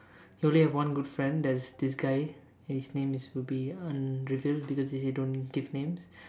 you only have one good friend that is this guy his name is will be unrevealed because we don't give names